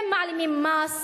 הם מעלימים מס,